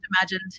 imagined